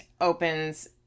opens